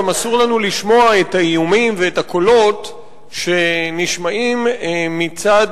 גם אסור לנו לשמוע את האיומים ואת הקולות שנשמעים מצד